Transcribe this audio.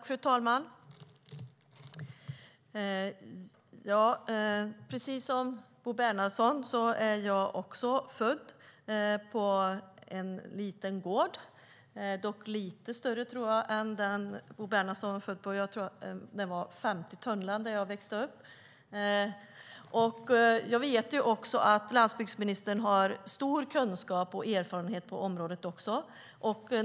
Fru talman! Precis som Bo Bernhardsson är jag född på en liten gård, dock lite större än den som Bo Bernhardsson är född på, tror jag. Jag tror att den gård som jag växte upp på var på 50 tunnland. Jag vet att landsbygdsministern också har stor kunskap och erfarenhet på området.